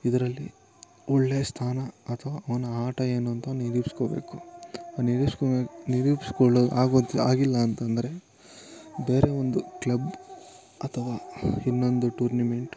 ಇದರಲ್ಲಿ ಒಳ್ಳೆಯ ಸ್ಥಾನ ಅಥವಾ ಅವನ ಆಟ ಏನು ಅಂತ ನಿರೂಪಿಸ್ಕೋಬೇಕು ನಿರೂಪಿಸ್ಕೋ ನಿರೂಪಿಸ್ಕೊಳ್ಳೊ ಹಾಗು ಆಗಿಲ್ಲ ಅಂತಂದರೆ ಬೇರೆ ಒಂದು ಕ್ಲಬ್ ಅಥವಾ ಇನ್ನೊಂದು ಟೂರ್ನಿಮೆಂಟ್